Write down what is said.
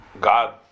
God